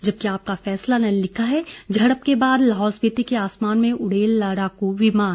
जबकि आपका फैसला ने लिखाँ है झड़प के बाद लाहौल स्पीति के आसमान में उड़े लड़ाकू विमान